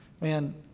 man